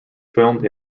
filmed